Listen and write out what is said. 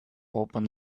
open